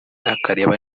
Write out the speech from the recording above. akareba